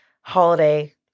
holiday